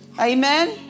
Amen